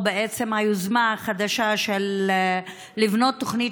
או בעצם היוזמה החדשה של בניית תוכנית